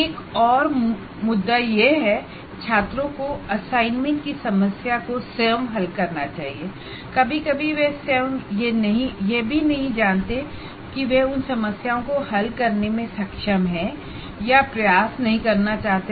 एक और मुद्दा यह है कि छात्रों को असाइनमेंट प्रॉब्लम्स को स्वयं हल करना चाहिए कभी कभी वह स्वयं यह भी नहीं जानते हैं कि वह उन प्रॉब्लम्स को हल करने में सक्षम हैं या प्रयास नहीं करना चाहते हैं